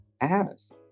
Ass